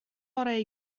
orau